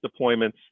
deployments